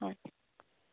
হয়